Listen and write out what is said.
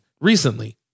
recently